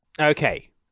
Okay